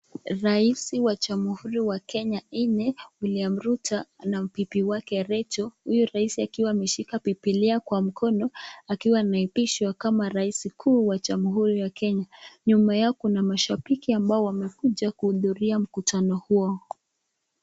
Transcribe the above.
Rais wa Jamhuri ya Kenya nne, William Ruto na bibi wake Rachael. Huyu rais akiwa ameshika bibilia kwa mkono akiapishwa kuwa rais kuu wa Jamhuri ya Kenya. Nyuma yao kuna mashabiki ambao wamekuja kuhudhuria mkutano huo.